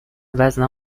وزنم